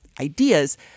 ideas